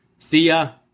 Thea